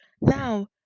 Now